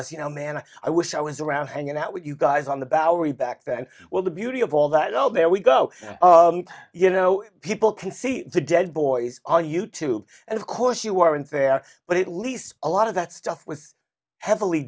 us you know man i wish i was around and you know what you guys on the bowery back then well the beauty of all that oh there we go you know people can see the dead boys are youtube and of course you weren't there but at least a lot of that stuff was heavily